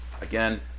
Again